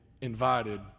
invited